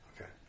Okay